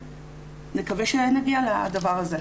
נקווה שנגיע לדבר הזה.